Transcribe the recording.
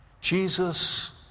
Jesus